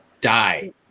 die